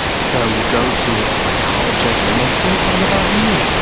so you go to a psychologist and they say, it's all about you.